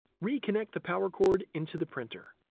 reconnect the power cord into the printer.